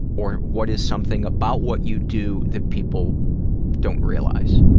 or, what is something about what you do that people don't realize?